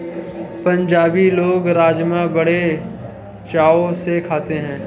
पंजाबी लोग राज़मा बड़े चाव से खाते हैं